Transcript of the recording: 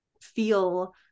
feel